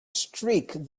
streak